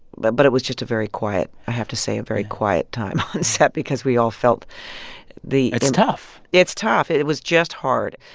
but but it was just a very quiet i have to say, a very quiet time on set because we all felt the. it's tough it's tough. it it was just hard.